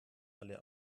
alle